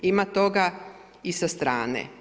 Ima toga i sa strane.